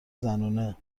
زنونه